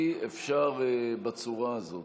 אי-אפשר בצורה הזאת.